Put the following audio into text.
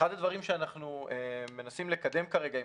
אחד הדברים שאנחנו מנסים לקדם כרגע עם